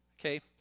Okay